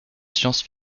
science